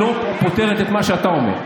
היא לא פותרת את מה שאתה אומר.